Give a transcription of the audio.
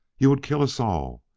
you would kill us all?